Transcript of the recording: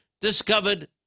discovered